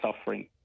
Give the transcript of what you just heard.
suffering